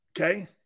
Okay